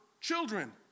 children